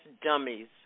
Dummies